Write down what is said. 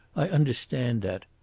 i understand that.